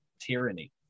tyranny